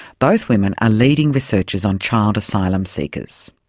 both women are leading researchers on child asylum seekers.